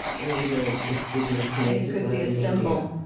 all we know is the stigma created a ah symbol,